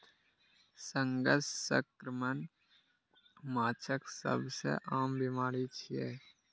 fungus संक्रमण माछक सबसं आम बीमारी छियै